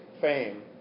fame